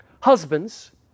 Husbands